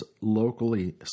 locally